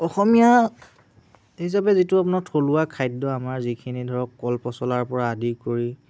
অসমীয়া হিচাপে যিটো আপোনাৰ থলুৱা খাদ্য আমাৰ যিখিনি ধৰক কল পচলাৰ পৰা আদি কৰি